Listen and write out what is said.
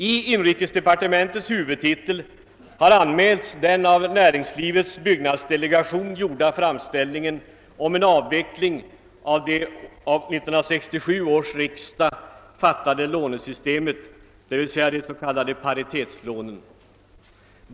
I inrikesdepartementets huvudtitel har anmälts Näringslivets byggnadsdelegations framställning om en avveckling av det lånesystem som 1967 års riksdag fattade beslut om, alltså de s.k. paritetslånen.